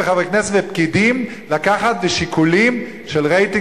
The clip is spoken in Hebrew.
חברי כנסת ופקידים לקחת שיקולים של רייטינג